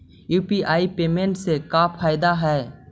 UPI payment से का फायदा है?